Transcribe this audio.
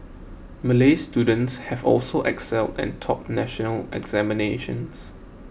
Malay students have also excelled and topped national examinations